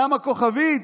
למה כוכבית?